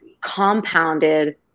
compounded